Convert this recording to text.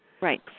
right